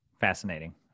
Fascinating